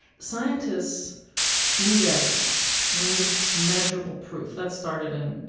scientists need evidence. we need measurable proof. that started in,